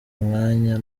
mwanya